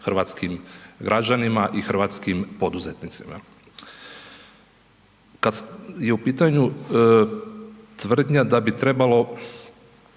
hrvatskim građanima i hrvatskim poduzetnicima. Kada je u pitanju tvrdnja da bi se